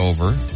over